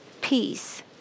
peace